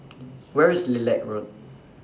Where IS Lilac Road